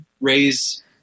raise